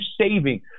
saving